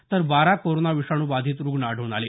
तर बारा कोरोना विषाणू बाधित रुग्ण आढळून आले